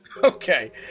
okay